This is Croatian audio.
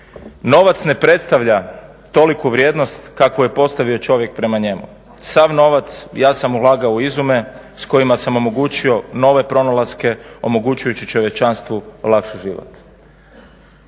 Novac ne predstavlja toliku vrijednost kakvu je postavio čovjek prema njemu, sav novac, ja sam ulagao u izume s kojima sam omogućio nove pronalaske omogućujući čovječanstvu lakši život.